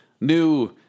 new